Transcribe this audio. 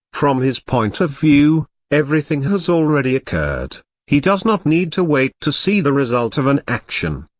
from his point of view, everything has already occurred he does not need to wait to see the result of an action.